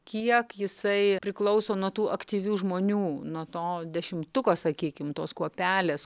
kiek jisai priklauso nuo tų aktyvių žmonių nuo to dešimtuko sakykim tos kuopelės